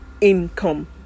income